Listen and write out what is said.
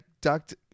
ducked